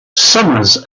summers